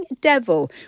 devil